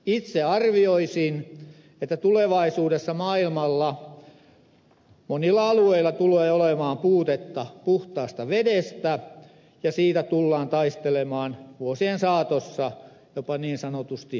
itse arvioisin että tulevaisuudessa maailmalla monilla alueilla tulee olemaan puutetta puhtaasta vedestä ja siitä tullaan taistelemaan vuosien saatossa jopa niin sanotusti verissä päin